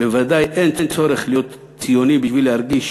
"בוודאי אין צורך להיות ציוני בשביל להרגיש